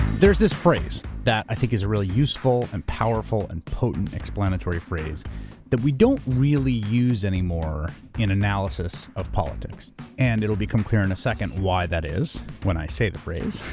there's this phrase that i think is really useful and powerful and potent explanatory phrase that we don't really use anymore in analysis of politics and it will become clear in a second why that is when i say the phrase.